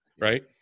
right